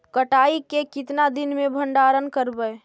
कटाई के कितना दिन मे भंडारन करबय?